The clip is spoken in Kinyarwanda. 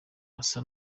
asa